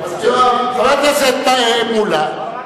חבר הכנסת מולה,